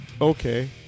okay